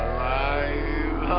Alive